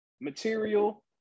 material